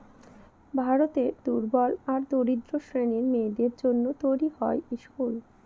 ভারতের দুর্বল আর দরিদ্র শ্রেণীর মেয়েদের জন্য তৈরী হয় স্কুল